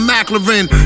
McLaren